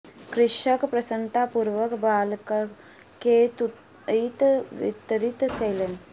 कृषक प्रसन्नतापूर्वक बालकगण के तूईत वितरित कयलैन